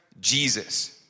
Jesus